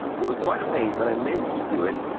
it was quite a pain, but i managed to do it.